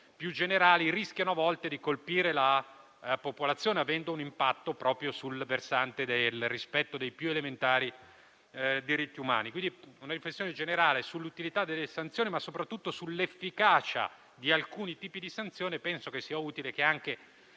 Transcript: più generali rischiano a volte di colpire la popolazione, avendo un impatto sul versante del rispetto dei più elementari diritti umani. Penso sia utile che una riflessione generale sull'utilità delle sanzioni, ma soprattutto sull'efficacia di alcuni tipi di esse, venga svolta anche